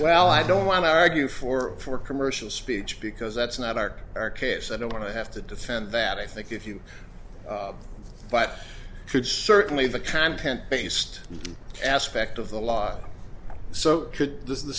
well i don't want to argue for for commercial speech because that's not our our case i don't want to have to defend that i think if you but should certainly the content based aspect of the law so